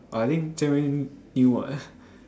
uh I think Jian-Hui knew [what]